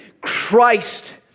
Christ